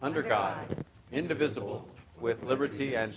under god indivisible with liberty and